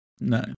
No